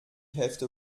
hälfte